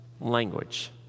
language